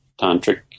Tantric